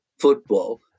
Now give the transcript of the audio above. football